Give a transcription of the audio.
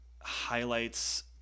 highlights